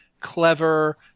clever